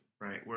right